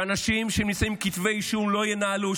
שאנשים שנמצאים עם כתבי אישום לא ינהלו,